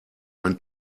ein